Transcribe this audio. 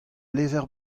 levr